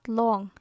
long